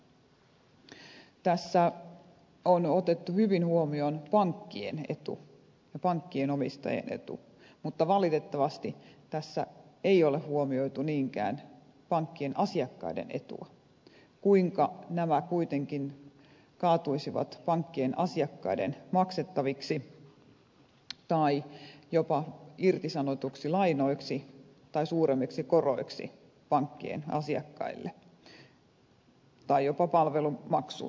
tässä on otettu hyvin huomioon pankkien etu ja pankkien omistajien etu mutta valitettavasti tässä ei ole huomioitu niinkään pankkien asiakkaiden etua kuinka nämä kuitenkin kaatuisivat pankkien asiakkaiden maksettaviksi tai jopa irtisanotuiksi lainoiksi tai suuremmiksi koroiksi pankkien asiakkaille tai jopa palvelumaksuina